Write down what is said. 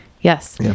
Yes